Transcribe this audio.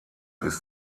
ist